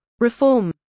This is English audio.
Reform